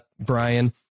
Brian